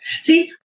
see